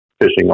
fishing